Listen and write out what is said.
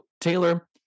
Taylor